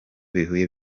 bihuye